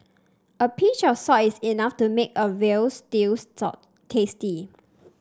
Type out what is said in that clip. a pinch of salt is enough to make a veal stew tasty